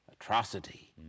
atrocity